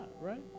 right